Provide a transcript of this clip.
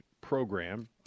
program